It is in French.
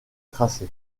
tracé